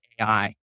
AI